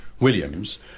Williams